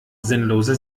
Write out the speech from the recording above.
sinnlose